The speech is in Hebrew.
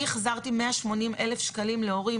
אני בגן שלי החזרתי 180 אלף שקלים להורים